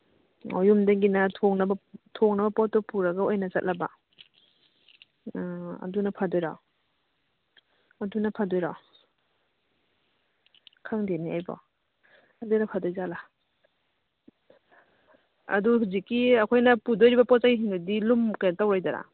ꯑꯣ ꯌꯨꯝꯗꯒꯤꯅ ꯊꯣꯡꯅꯕ ꯊꯣꯡꯅꯕ ꯄꯣꯠꯇꯣ ꯄꯨꯔꯒ ꯑꯣꯏꯅ ꯆꯠꯂꯕ ꯑꯗꯨꯅ ꯐꯗꯣꯏꯔꯣ ꯑꯗꯨꯅ ꯐꯗꯣꯏꯔꯣ ꯈꯪꯗꯦꯅꯦ ꯑꯩꯕꯣ ꯑꯗꯨꯅ ꯐꯗꯣꯏꯖꯥꯠꯂ ꯑꯗꯨ ꯍꯧꯖꯤꯛꯀꯤ ꯑꯩꯈꯣꯏꯅ ꯄꯨꯗꯧꯔꯤꯕ ꯄꯣꯠ ꯆꯩꯁꯤꯡꯗꯗꯤ ꯀꯩꯅꯣ ꯇꯧꯔꯣꯏꯗ꯭ꯔꯥ